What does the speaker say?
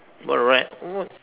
what write what